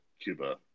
Cuba